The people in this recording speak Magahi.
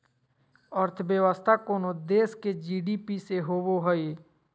अर्थव्यवस्था कोनो देश के जी.डी.पी से होवो हइ